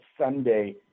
Sunday